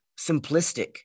simplistic